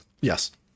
yes